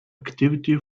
activity